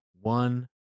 one